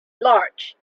large